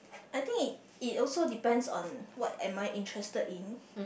I think it it also depends on what am I interested in